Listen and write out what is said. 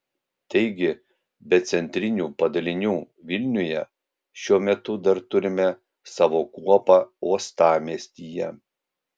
taigi be centrinių padalinių vilniuje šiuo metu dar turime savo kuopą uostamiestyje